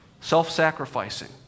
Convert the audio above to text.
self-sacrificing